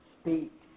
speak